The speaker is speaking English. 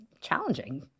challenging